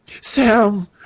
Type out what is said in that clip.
Sam